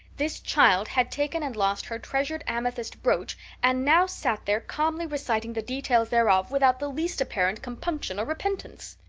this child had taken and lost her treasured amethyst brooch and now sat there calmly reciting the details thereof without the least apparent compunction or repentance.